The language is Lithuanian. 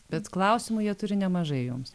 bet klausimų jie turi nemažai jums